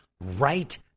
right